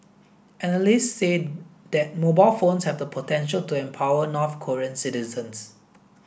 analysts say that mobile phones have the potential to empower North Korean citizens